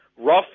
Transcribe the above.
rough